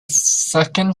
second